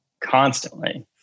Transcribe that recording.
constantly